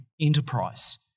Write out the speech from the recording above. enterprise